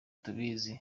tubizi